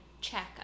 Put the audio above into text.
check